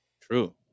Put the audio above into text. True